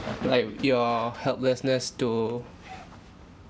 like w~ your helplessness to